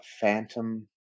phantom